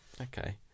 Okay